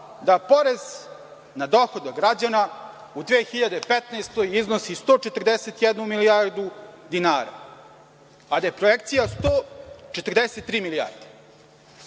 da porez na dohodak građana u 2015. godini iznosi 141 milijardu dinara, a da je projekcija 143 milijarde.